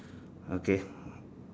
okay